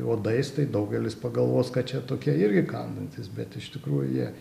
uodais tai daugelis pagalvos kad čia tokie irgi kandantys bet iš tikrųjų jie